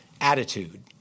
attitude